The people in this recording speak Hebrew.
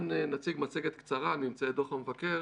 נציג מצגת קצרה על ממצאי דוח המבקר